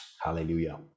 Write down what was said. Hallelujah